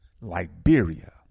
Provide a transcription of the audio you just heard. Liberia